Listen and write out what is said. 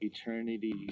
Eternity